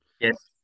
Yes